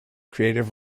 creative